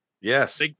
Yes